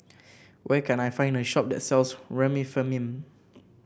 where can I find a shop that sells Remifemin